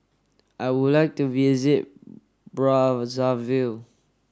I would like to visit Brazzaville